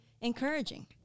encouraging